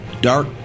dark